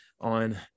on